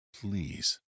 please